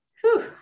Whew